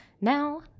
Now